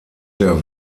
der